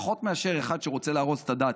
פחות מאשר כאחד שרוצה להרוס את הדת.